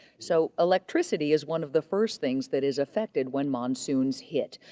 so electricity is one of the first things that is affected when monsoons hit.